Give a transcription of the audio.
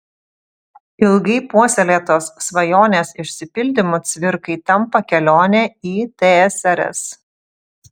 ilgai puoselėtos svajonės išsipildymu cvirkai tampa kelionė į tsrs